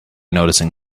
noticing